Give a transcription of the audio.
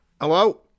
Hello